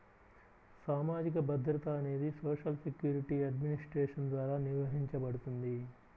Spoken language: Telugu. సామాజిక భద్రత అనేది సోషల్ సెక్యూరిటీ అడ్మినిస్ట్రేషన్ ద్వారా నిర్వహించబడుతుంది